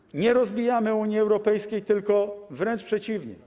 A więc nie rozbijamy Unii Europejskiej, tylko wręcz przeciwnie.